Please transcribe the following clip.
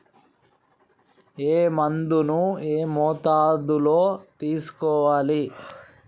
ఏ మందును ఏ మోతాదులో తీసుకోవాలి?